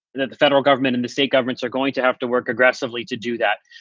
that the federal government and the state governments are going to have to work aggressively to do that.